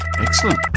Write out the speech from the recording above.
Excellent